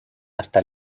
hasta